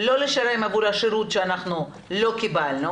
שירות שלא ניתן.